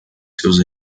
seus